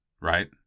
right